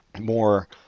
more